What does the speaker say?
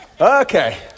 Okay